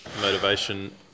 motivation